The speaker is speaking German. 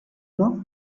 noch